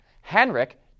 Henrik